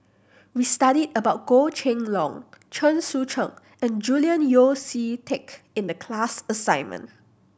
we studied about Goh Kheng Long Chen Sucheng and Julian Yeo See Teck in the class assignment